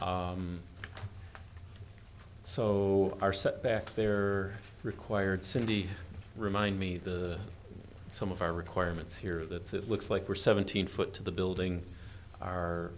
ok so our set back there required cindy remind me that some of our requirements here are that's it looks like we're seventeen foot to the building are